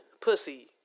Pussy